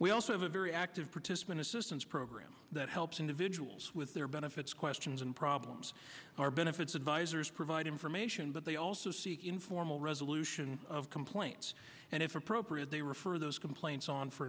we also have a very active participant assistance program that helps individuals with their benefits questions and problems our benefits advisors provide information but they also seek informal resolution of complaints and if appropriate they refer those complaints on for